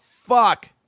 fuck